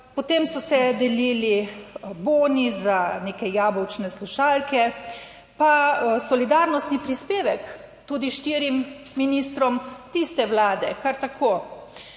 Potem so se delili boni za neke jabolčne slušalke, pa solidarnostni prispevek tudi štirim ministrom tiste vlade kar tako.